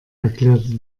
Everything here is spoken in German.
erklärte